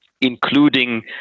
including